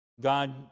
God